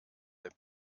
der